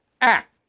Act